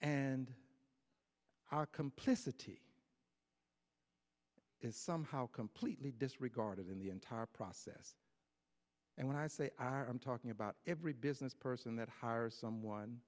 and our complicity is somehow completely disregarded in the entire process and when i say i'm talking about every business person that hires someone